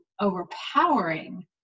overpowering